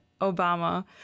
Obama